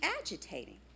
agitating